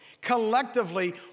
collectively